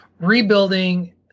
rebuilding